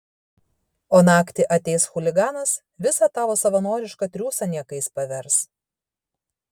o naktį ateis chuliganas visą tavo savanorišką triūsą niekais pavers